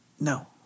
No